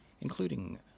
including